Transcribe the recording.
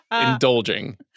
indulging